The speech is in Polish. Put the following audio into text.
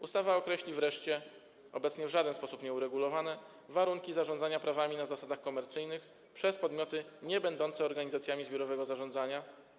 Ustawa określi wreszcie - obecnie w żaden sposób nieuregulowane - warunki zarządzania prawami na zasadach komercyjnych przez podmioty niebędące organizacjami zbiorowego zarządzania.